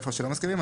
איפה שלא מסכימים.